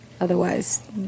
Otherwise